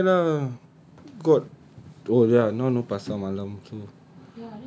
go and buy lah got oh ya now no pasar malam